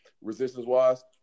resistance-wise